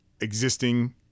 Existing